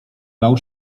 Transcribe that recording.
bał